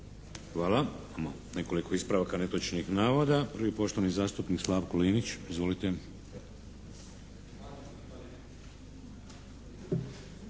Hvala. Imamo nekoliko ispravaka netočnih navoda. Prvi je poštovani zastupnik Slavko Linić. Izvolite.